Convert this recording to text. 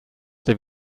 der